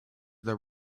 there